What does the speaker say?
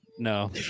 No